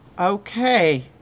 Okay